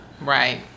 Right